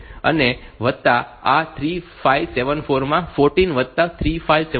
અને વત્તા આ 3574 માં 14 વત્તા 3574 છે